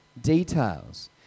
details